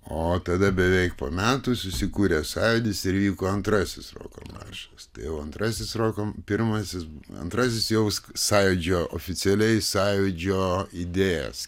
o tada beveik po metų susikūrė sąjūdis ir įvyko antrasis roko maršas tai jau antrasis roko pirmasis antrasis jau sąjūdžio oficialiai sąjūdžio idėjas